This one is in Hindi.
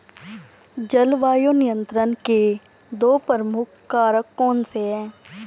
जलवायु नियंत्रण के दो प्रमुख कारक कौन से हैं?